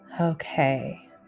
Okay